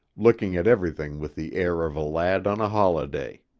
looking at everything with the air of a lad on a holiday.